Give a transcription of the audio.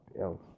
else